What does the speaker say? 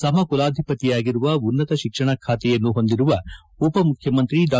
ಸಮಕುಲಾಧಿಪತಿಯಾಗಿರುವ ಉನ್ನತ ಶಿಕ್ಷಣ ಖಾತೆಯನ್ನು ಹೊಂದಿರುವ ಉಪಮುಖ್ಯಮಂತ್ರಿ ಡಾ